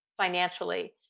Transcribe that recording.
financially